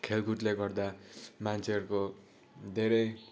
खेलकुदले गर्दा मान्छेहरूको धेरै